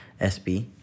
SB